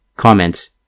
Comments